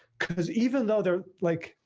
because even though they're like,